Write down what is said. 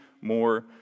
more